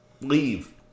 Leave